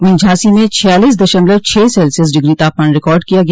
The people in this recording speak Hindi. वहीं झांसी में छियालीस दशमलव छह सेल्सियस डिग्री तापमान रिकार्ड किया गया